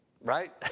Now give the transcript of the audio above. right